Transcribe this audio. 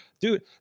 dude